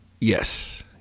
Yes